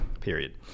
period